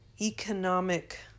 economic